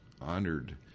honored